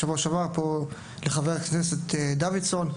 בשבוע שעבר, לחבר הכנסת דוידסון: